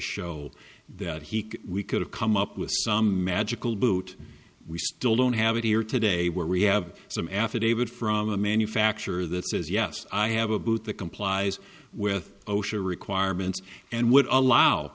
show that he could we could have come up with some magical boot we still don't have it here today where we have some affidavit from a manufacturer that says yes i have a booth the complies with osha requirements and would allow